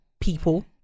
people